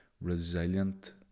resilient